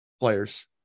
players